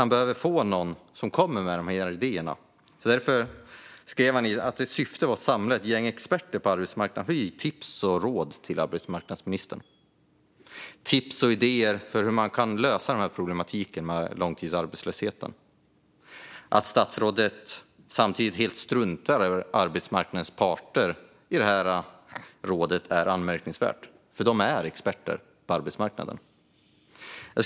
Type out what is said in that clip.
Han behöver få idéer av någon. Syftet med rådet är att samla ett gäng arbetsmarknadsexperter som ska ge tips och råd till arbetsmarknadsministern om hur man löser problematiken kring långtidsarbetslösheten. Att statsrådet struntar i att ha med arbetsmarknadens parter i rådet är anmärkningsvärt eftersom de är just arbetsmarknadsexperter.